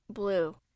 Blue